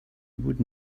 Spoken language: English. would